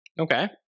Okay